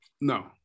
no